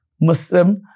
Muslim